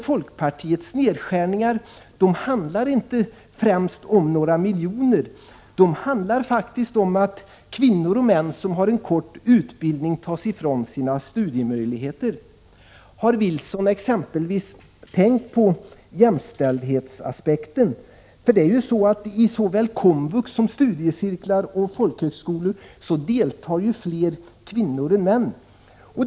Folkpartiets nedskärningar handlar inte främst om några miljoner. De handlar faktiskt om att kvinnor och män som har kort utbildning fråntas sina studiemöjligheter. Har Carl-Johan Wilson exempelvis tänkt på jämställdhetsaspekten? I såväl komvux som studiecirklar och folkhögskolor studerar fler kvinnor än män.